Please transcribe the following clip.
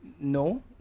no